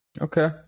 Okay